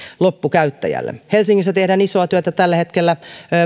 loppukäyttäjälle helsingissä tehdään isoa työtä tällä hetkellä